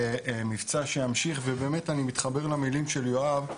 זה מבצע שימשיך, ובאמת אני מתחבר למילים של יואב.